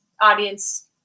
audience